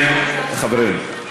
כן, חברים.